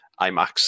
IMAX